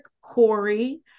Corey